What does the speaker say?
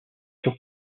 sur